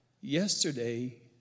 Yesterday